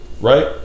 right